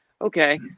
okay